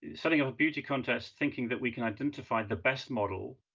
setting up a beauty contest, thinking that we can identify the best model,